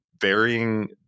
varying